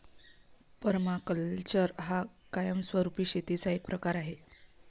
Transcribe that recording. permaculture हा कायमस्वरूपी शेतीचा एक प्रकार आहे